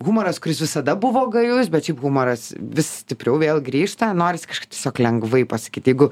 humoras kuris visada buvo gajus bet šiaip humoras vis stipriau vėl grįžta norisi kažkaip tiesiog lengvai pasakyti jeigu